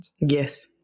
Yes